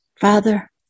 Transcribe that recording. Father